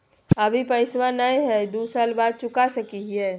अभि पैसबा नय हय, दू साल बाद चुका सकी हय?